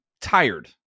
tired